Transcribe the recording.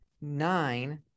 nine